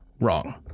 wrong